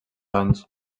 anys